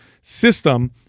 system